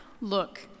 Look